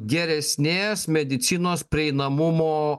geresnės medicinos prieinamumo